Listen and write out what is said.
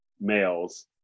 males